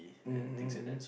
um